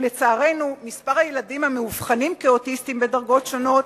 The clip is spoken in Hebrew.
ולצערנו מספר הילדים המאובחנים כאוטיסטים בדרגות שונות